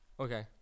Okay